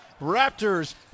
Raptors